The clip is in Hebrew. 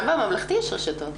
גם בממלכתית יש רשתות.